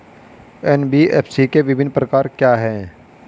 NBFC के विभिन्न प्रकार क्या हैं?